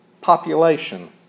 population